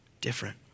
different